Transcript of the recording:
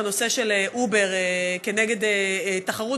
בנושא של "אובר" כנגד תחרות,